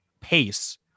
pace